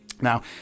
Now